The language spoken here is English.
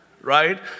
right